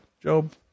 Job